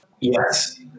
Yes